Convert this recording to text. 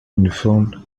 informed